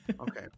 Okay